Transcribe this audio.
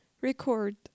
record